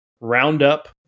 roundup